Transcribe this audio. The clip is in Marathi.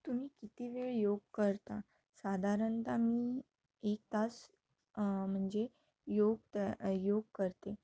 तुम्ही किती वेळ योग करता साधारणतः मी एक तास म्हणजे योग त योग करते